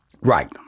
right